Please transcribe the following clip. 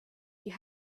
you